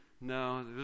No